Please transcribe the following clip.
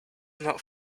not